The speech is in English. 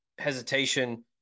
Hesitation